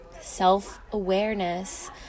Self-awareness